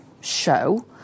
show